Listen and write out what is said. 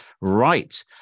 Right